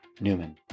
newman